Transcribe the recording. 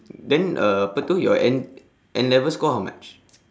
then uh apa itu your N N-level score how much